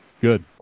good